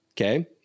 Okay